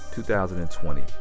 2020